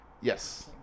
Yes